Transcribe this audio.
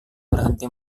berhenti